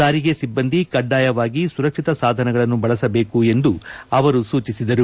ಸಾರಿಗೆ ಸಿಬ್ಬಂದಿ ಕಡ್ಡಾಯವಾಗಿ ಸುರಕ್ಷಿತ ಸಾಧನಗಳನ್ನು ಬಳಸಬೇಕು ಎಂದು ಅವರು ಸೂಚಿಸಿದರು